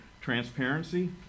transparency